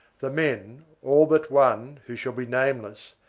the men, all but one, who shall be nameless,